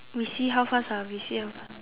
we see how first ah we see how